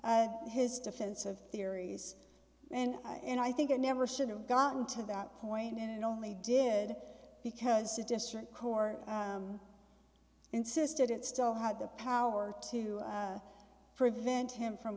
his defense of theories and in i think it never should have gotten to that point and only did because the district court insisted it still had the power to prevent him from